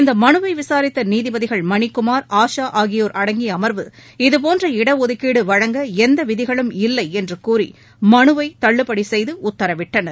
இந்த மனுவை விசாரித்த நீதிபதிகள் மணிக்குமார் ஆஷா ஆகியோர் அடங்கிய அமர்வு இதபோன்ற இடஒதுக்கீடு வழங்க எந்த விதிகளும் இல்லை என்று கூறி மனுவை தள்ளுபடி செய்து உத்தரவிட்டனர்